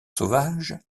sauvage